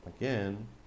again